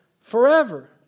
forever